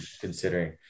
considering